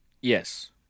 Yes